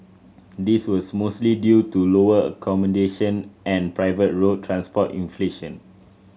this was mostly due to lower accommodation and private road transport inflation